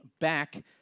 back